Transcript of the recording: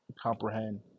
comprehend